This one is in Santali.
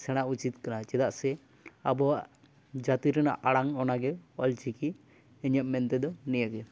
ᱥᱮᱬᱟ ᱩᱤᱛ ᱠᱟᱱᱟ ᱪᱮᱫᱟᱜ ᱥᱮ ᱟᱵᱚᱣᱟᱜ ᱡᱟᱹᱛᱤ ᱨᱮᱱᱟᱜ ᱟᱲᱟᱝ ᱚᱱᱟᱜᱮ ᱚᱞᱪᱤᱠᱤ ᱤᱧᱟᱹᱜ ᱢᱮᱱ ᱛᱮᱫᱚ ᱱᱤᱭᱟᱹᱜᱮ